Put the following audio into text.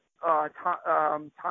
time